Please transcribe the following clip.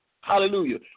Hallelujah